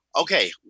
Okay